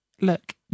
look